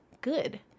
good